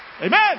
Amen